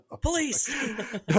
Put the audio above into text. police